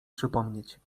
przypomnieć